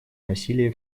насилия